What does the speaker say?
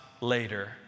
later